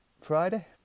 Friday